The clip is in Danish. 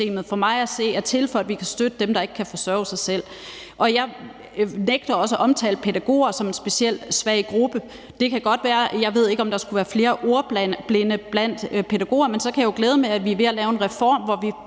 for mig at se er til, for at vi kan støtte dem, der ikke kan forsørge sig selv. Jeg nægter også at omtale pædagoger som en specielt svag gruppe. Det kan godt være, at der er flere ordblinde blandt pædagoger, det ved jeg ikke, men så kan jeg jo glæde ordføreren med at sige, at vi er ved at lave en reform, hvor vi